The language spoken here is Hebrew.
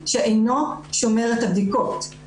שאינו שומר את הבדיקות.